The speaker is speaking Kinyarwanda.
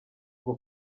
ngo